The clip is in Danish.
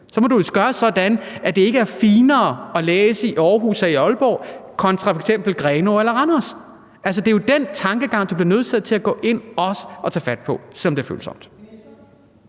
så må man gøre sådan, at det ikke er finere at læse i Aarhus eller Aalborg kontra f.eks. Grenå eller Randers. Altså, det er jo den tankegang, de bliver nødsaget til også at gå ind og tage fat på, selv om det er følsomt.